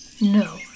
No